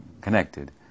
connected